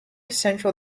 central